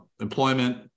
employment